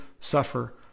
suffer